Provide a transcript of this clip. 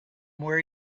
where